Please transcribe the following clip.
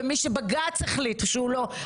ומי שבג"צ החליט שהוא לא,